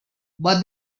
but